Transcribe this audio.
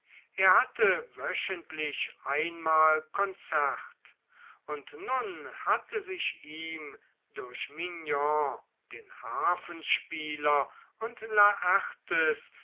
er hatte wöchentlich einmal konzert und nun hatte sich ihm durch mignon den harfenspieler und laertes